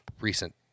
recent